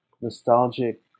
nostalgic